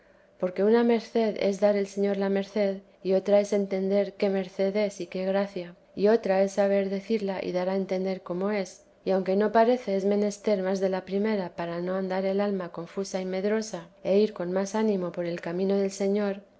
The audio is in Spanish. porque una merced es dar el señor la merced y otra es entender qué merced es y qué gracia y otra es saber decirla y dar a entender cómo es y aunque no parece es menester más de la primera para no andar el alma confusa y medrosa e ir con más ánimo por el camino del señor